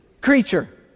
creature